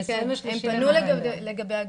הם פנו לגבי הגברת,